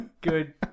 good